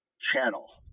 channel